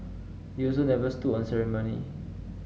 he also never stood on ceremony